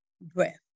breath